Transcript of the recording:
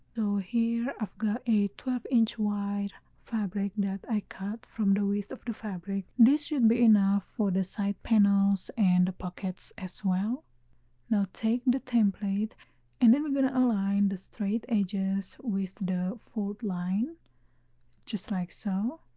so here i've got a twelve inch wide fabric that i cut from the width of the fabric, this should be enough for the side panels and the pockets as well now take the template and then we're going to align the straight edges with the fold line just like so